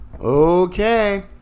Okay